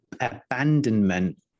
abandonment